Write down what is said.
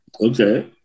Okay